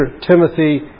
Timothy